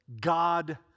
God